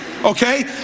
Okay